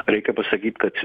reikia pasakyt kad